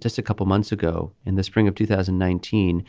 just a couple of months ago in the spring of two thousand and nineteen.